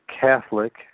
Catholic